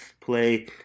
play